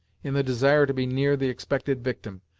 in the desire to be near the expected victim,